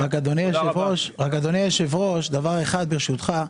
אדוני היושב-ראש, דבר אחד, ברשותך.